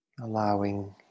allowing